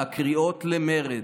הקריאות למרד,